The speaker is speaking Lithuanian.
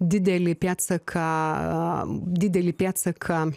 didelį pėdsaką am didelį pėdsaką